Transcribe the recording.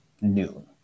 noon